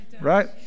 right